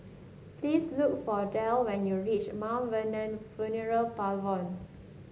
please look for Derl when you reach Mt Vernon Funeral Parlours